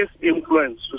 influence